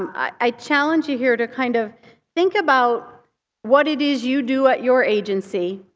um i challenge you here to kind of think about what it is you do at your agency.